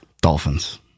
Dolphins